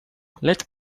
let